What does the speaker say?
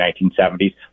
1970s